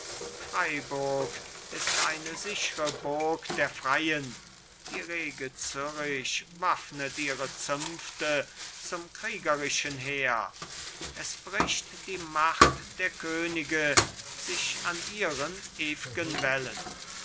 freiburg ist eine sichre burg der freien die rege zürich waffnet ihre zünfte zum kriegerischen heer es bricht die macht der könige sich an ihren ew'gen